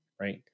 Right